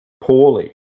poorly